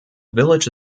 village